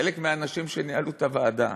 חלק מהאנשים שניהלו את הוועדה